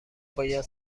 باید